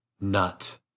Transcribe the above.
nut